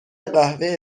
قوه